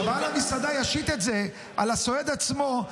שבעל המסעדה ישית את זה על הסועד עצמו,